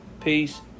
Peace